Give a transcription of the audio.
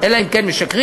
אלא אם כן הם משקרים,